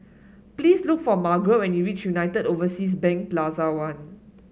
please look for Margret when you reach United Overseas Bank Plaza One